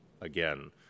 again